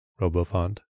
Robofont